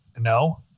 No